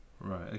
Right